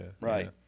Right